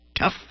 Tough